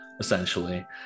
essentially